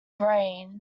brain